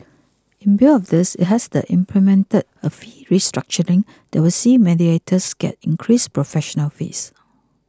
in view of this it has implemented a fee restructuring that will see mediators get increased professional fees